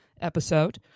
episode